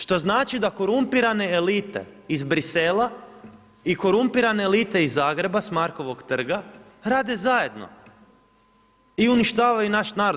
Što znači da korumpirane elite iz Bruxellesa i korumpirane elite iz Zagreba s Markovog trga, rade zajedno i uništavaju naš narod.